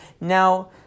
Now